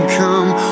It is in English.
come